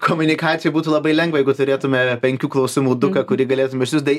komunikacijoj būtų labai lengva jeigu turėtume penkių klausimų duką kurį galėtum išsiųst